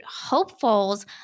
hopefuls